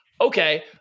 okay